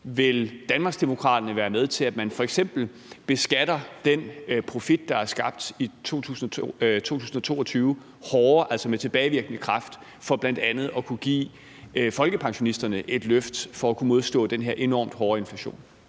Vil Danmarksdemokraterne være med til, at man f.eks. beskatter den profit, der er skabt i 2022, hårdere, altså med tilbagevirkende kraft, for bl.a. at kunne give folkepensionisterne et løft til at kunne modstå den her enormt hårde inflation?